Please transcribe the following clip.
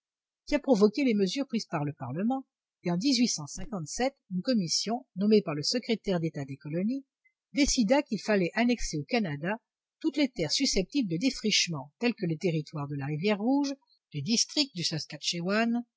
qui a provoqué les mesures prises par le parlement et en une commission nommée par le secrétaire d'état des colonies décida qu'il fallait annexer au canada toutes les terres susceptibles de défrichement telles que les territoires de la rivière rouge les districts du saskatchawan